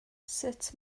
sut